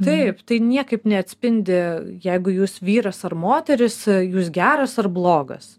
taip tai niekaip neatspindi jeigu jūs vyras ar moteris jūs geras ar blogas